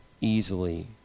easily